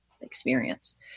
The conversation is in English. experience